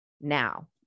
now